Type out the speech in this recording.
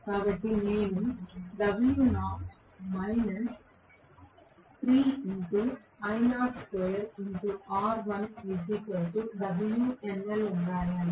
కాబట్టి నేను అని రాయాలి